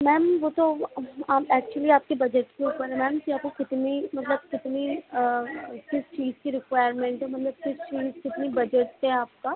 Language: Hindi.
मैम वह तो ऐक्चुली आपके बजट के ऊपर है मैम कि आपको कितनी मतलब कितनी किस चीज़ की रिक्वायरमेंट है मतलब किस चीज़ कितनी बजट है आपका